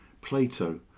Plato